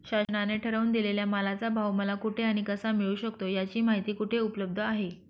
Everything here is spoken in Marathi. शासनाने ठरवून दिलेल्या मालाचा भाव मला कुठे आणि कसा मिळू शकतो? याची माहिती कुठे उपलब्ध आहे?